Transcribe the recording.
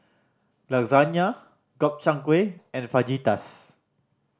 Lasagne Gobchang Gui and Fajitas